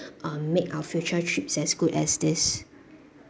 um make our future trips as good as this